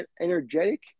energetic